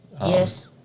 Yes